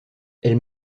elle